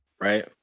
Right